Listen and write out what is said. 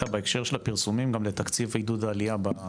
בהקשר של הפרסומים גם לתקציב עידוד העלייה.